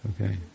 Okay